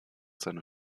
seiner